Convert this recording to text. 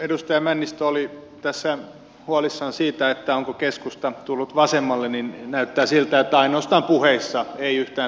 edustaja männistö oli tässä huolissaan siitä onko keskusta tullut vasemmalle niin näyttää siltä että ainoastaan puheissa ei yhtään teoissa